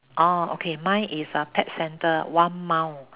okay mine is a pet center one mile